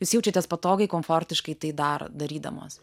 jūs jaučiatės patogiai komfortiškai tai dar darydamos